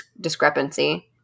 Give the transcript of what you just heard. discrepancy